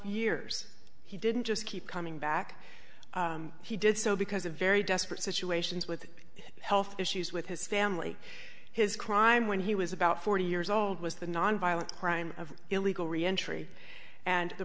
years he didn't just keep coming back he did so because a very desperate situations with health issues with his family his crime when he was about forty years old was the nonviolent crime of illegal reentry and the